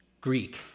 Greek